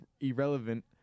Irrelevant